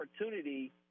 opportunity